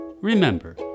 Remember